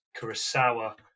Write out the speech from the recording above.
Kurosawa